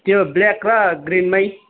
त्यो ब्ल्याक र ग्रिनमै